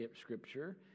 Scripture